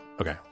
Okay